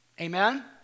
Amen